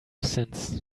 since